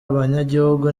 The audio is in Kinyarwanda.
abanyagihugu